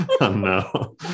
no